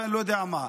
אני לא יודע מה.